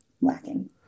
lacking